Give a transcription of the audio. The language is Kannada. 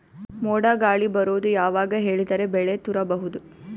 ಮೋಡ ಗಾಳಿ ಬರೋದು ಯಾವಾಗ ಹೇಳಿದರ ಬೆಳೆ ತುರಬಹುದು?